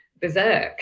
berserk